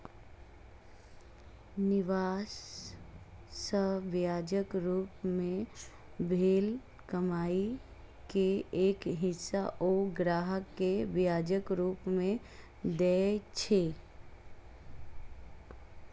निवेश सं ब्याजक रूप मे भेल कमाइ के एक हिस्सा ओ ग्राहक कें ब्याजक रूप मे दए छै